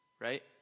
right